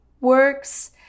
works